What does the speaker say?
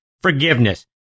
forgiveness